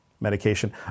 medication